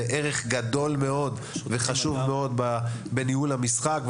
זה ערך גדול מאוד וחשוב מאוד בניהול המשחק.